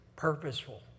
Purposeful